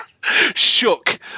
shook